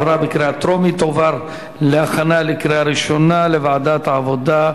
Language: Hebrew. לדיון מוקדם בוועדת העבודה,